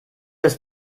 das